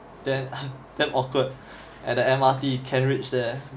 damn awkward at the M_R_T kent ridge there